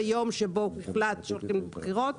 ביום שבו הוחלט שהולכים לבחירות,